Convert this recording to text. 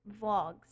Vlogs